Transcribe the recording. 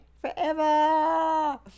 forever